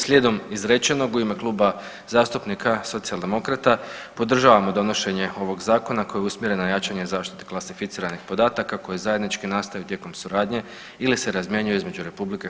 Slijedom izrečenog u ime Kluba zastupnika Socijaldemokrata podržavamo donošenje ovog zakona koji je usmjeren na jačanje zaštite klasificiranih podataka koji zajednički nastaju tijekom suradnje ili se razmjenjuju između RH i Republike Cipar.